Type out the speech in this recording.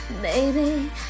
Baby